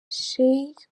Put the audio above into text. sheikh